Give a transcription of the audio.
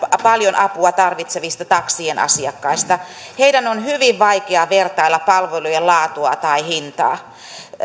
paljon apua tarvitsevista taksien asiakkaista heidän on hyvin vaikea vertailla palvelujen laatua tai hintaa